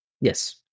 Yes